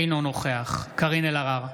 אינו נוכח קארין אלהרר,